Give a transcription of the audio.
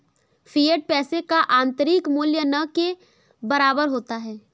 fiat पैसे का आंतरिक मूल्य न के बराबर होता है